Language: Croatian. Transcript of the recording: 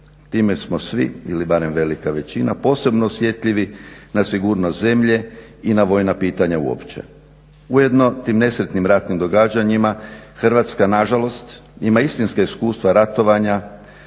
Hrvatska nažalost ima istinska iskustva ratovanja,